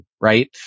right